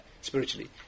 spiritually